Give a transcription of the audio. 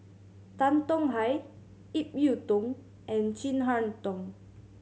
Tan Tong Hye Ip Yiu Tung and Chin Harn Tong